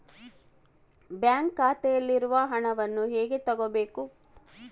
Bank ಖಾತೆಯಲ್ಲಿರುವ ಹಣವನ್ನು ಹೇಗೆ ತಗೋಬೇಕು?